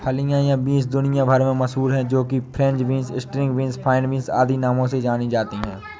फलियां या बींस दुनिया भर में मशहूर है जो कि French beans, string beans, fine beans आदि नामों से जानी जाती है